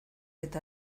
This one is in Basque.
eta